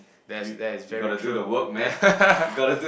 that is that is very true